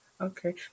Okay